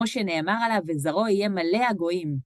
כמו שנאמר עליו, וזרוע יהיה מלא הגויים.